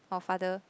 or father